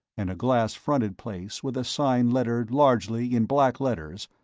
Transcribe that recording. and a glass-fronted place with a sign lettered largely, in black letters,